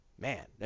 Man